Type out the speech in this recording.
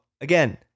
again